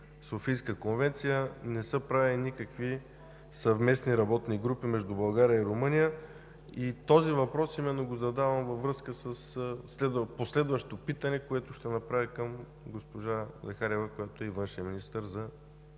Софийската конвенция не са правени никакви съвместни работни групи между България и Румъния. Задавам този въпрос именно във връзка с последващо питане, което ще направя и към госпожа Захариева, която е външен министър, за